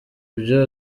ibyo